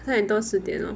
三点多四点